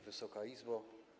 Wysoka Izbo!